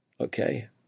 okay